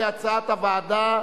כהצעת הוועדה.